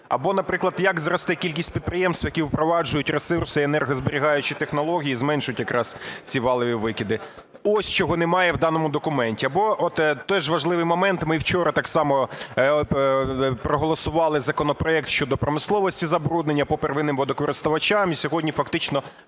Або, наприклад, як зросте кількість підприємств, які впроваджують ресурси, енергозберігаючі технології, зменшують якраз ці валові викиди? Ось чого немає в даному документі. Або теж важливий момент, ми вчора так само проголосували законопроект щодо промисловості забруднення по первинним водокористувачам, і сьогодні фактично